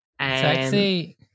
sexy